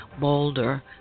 Boulder